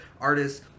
artists